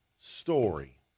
story